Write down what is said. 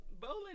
bowling